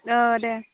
औ दे